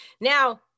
Now